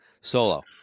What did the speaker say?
solo